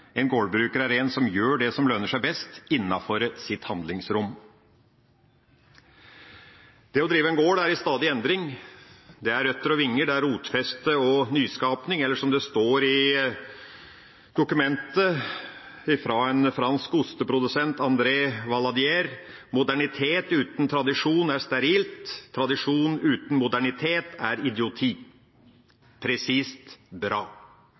En gårdbruker er en som gjør det som lønner seg mest innenfor sitt handlingsrom. Å drive en gård er i stadig endring. Det er røtter og vinger, det er rotfeste og nyskaping, eller som det står i meldinga at en fransk osteprodusent, André Valadier, sier: «Modernitet utan tradisjon er sterilt, tradisjon utan modernitet er idioti.» Presist – bra!